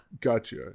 Gotcha